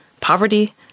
poverty